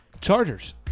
Chargers